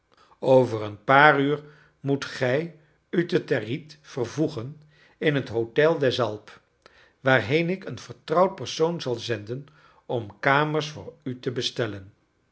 over een paar uur moet gij u te territet vervoegen in het hotel des alpes waarheen ik een vertrouwd persoon zal zenden om kamers voor u te bestellen